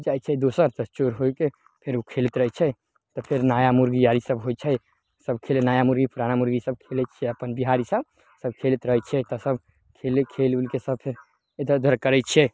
जाइ छै दोसर तऽ चोर होइके फेर उ खेलैत रहय छै तऽ फेर नया मुर्गी आर सभ होइ छै सभ खेलय नया मुर्गी पुराना मुर्गी सभ खेलय छियै अपन बिहारी सभ सभ खेलैत रहय छियै तऽ सभ खेलय खेल उलके सभके इधर उधर करय छियै